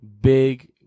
big